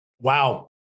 Wow